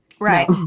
Right